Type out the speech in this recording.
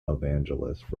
evangelist